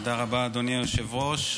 תודה רבה, אדוני היושב-ראש.